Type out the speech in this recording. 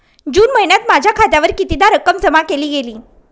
जून महिन्यात माझ्या खात्यावर कितीदा रक्कम जमा केली गेली?